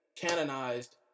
Canonized